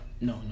No